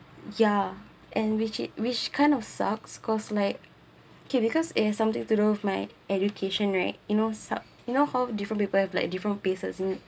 ya and which is which kind of sucks cause like okay because it is something to do with my education right you know som~ you know how different people have like different paces in